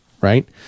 right